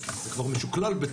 אז זה כבר משוקלל בתוך זה.